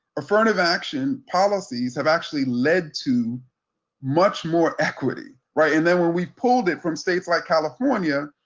affirmative action policies have actually led to much more equity, right? and then when we pulled it from states like california,